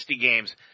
games